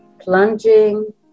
plunging